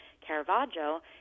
Caravaggio